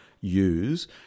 use